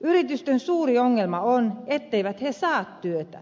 yritysten suuri ongelma on etteivät ne saa työtä